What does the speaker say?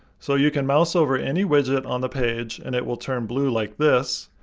so you can mouse over any widget on the page, and it will turn blue like this,